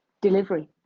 delivery